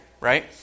right